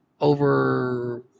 over